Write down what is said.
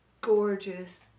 gorgeous